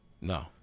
No